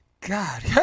God